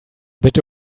bitte